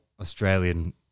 Australian